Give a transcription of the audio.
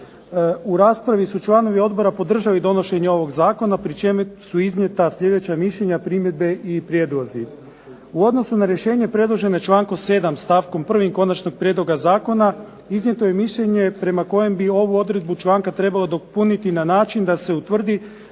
U raspravi su članovi odbora podržali donošenje ovog zakona pri čemu su iznijeta sljedeća mišljenja, primjedbe i prijedlozi. U odnosu na rješenje predloženo člankom 7. stavkom 1. konačnog prijedloga zakona iznijeto je mišljenje prema kojem bi ovu odredbu članka trebalo dopuniti na način da se utvrdi